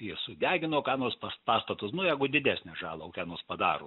jie sudegino ką nors pas pastatus nu jeigu didesnę žalą kokią nors padaro